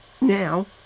Now